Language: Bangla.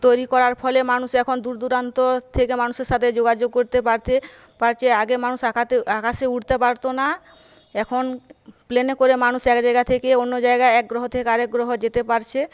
তৈরি করার ফলে মানুষ এখন দূরদূরান্ত থেকে মানুষের সাথে যোগাযোগ করতে পারতে পারছে আগে মানুষ আকাতে আকাশে উড়তে পারত না এখন প্লেনে করে মানুষ এক জায়গা থেকে অন্য জায়গায় এক গ্রহ থেকে আরেক গ্রহে যেতে পারছে